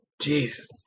jesus